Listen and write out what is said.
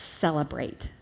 celebrate